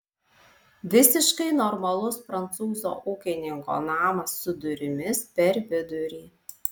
visiškai normalus prancūzo ūkininko namas su durimis per vidurį